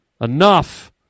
enough